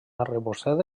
arrebossada